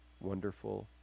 wonderful